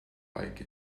like